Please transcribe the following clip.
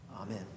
Amen